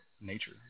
nature